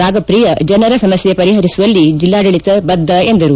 ರಾಗಪ್ರಿಯಾ ಜನರ ಸಮಸ್ಥೆ ಪರಿಪರಿಸುವಲ್ಲಿ ಜಿಲ್ಲಾಡಳತ ಬದ್ದ ಎಂದರು